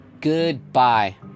Goodbye